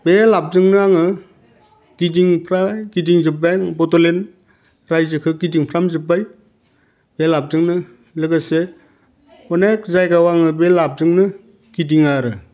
बे लाबजोंनो आङो गिदिंफ्राय गिदिंजोब्बाय बड'लेन्ड रायजोखो गिदिंफ्राम जोब्बाय बे लाबजोंनो लोगोसे अनेक जायगायाव आङो बे लाबजोंनो गिदिङो आरो